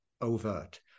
overt